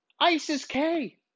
ISIS-K